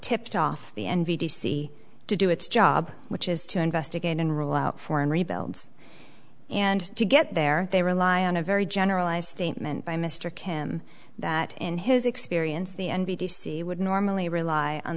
tipped off the n b c to do its job which is to investigate and rule out foreign rebuilds and to get there they rely on a very generalized statement by mr kim that in his experience the n b c would normally rely on